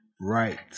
right